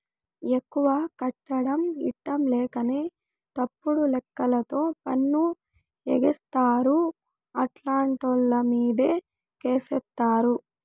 ఎక్కువ కట్టడం ఇట్టంలేకనే తప్పుడు లెక్కలతో పన్ను ఎగేస్తారు, అట్టాంటోళ్ళమీదే కేసేత్తారు